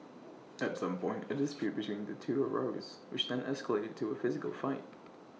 at some point A dispute between the two arose which then escalated into A physical fight